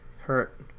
hurt